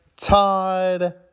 Todd